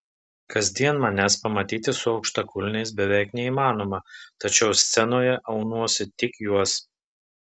kasdien manęs pamatyti su aukštakulniais beveik neįmanoma tačiau scenoje aunuosi tik juos